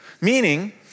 meaning